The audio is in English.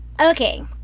Okay